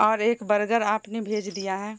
اور ایک برگر آپ نے بھیج دیا ہے